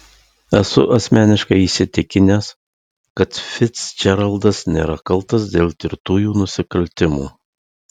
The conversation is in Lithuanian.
esu asmeniškai įsitikinęs kad ficdžeraldas nėra kaltas dėl tirtųjų nusikaltimų